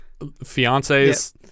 fiancés